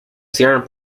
cierran